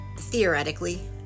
theoretically